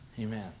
Amen